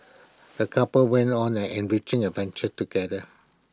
the couple went on an enriching adventure together